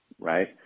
right